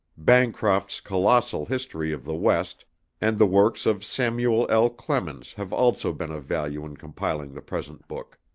bancroft's colossal history of the west and the works of samuel l. clemens have also been of value in compiling the present book.